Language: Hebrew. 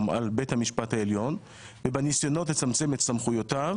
על בית המשפט העליון ובניסיונות לצמצם את סמכויותיו